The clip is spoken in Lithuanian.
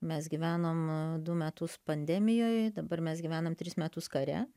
mes gyvenom du metus pandemijoj dabar mes gyvenam tris metus kare